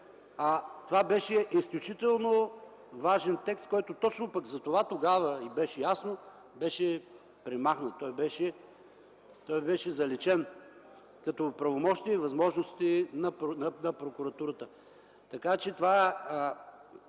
това беше изключително важен текст, който точно пък за това тогава, и беше ясно, беше премахнат, беше заличен като правомощие и възможности на прокуратурата.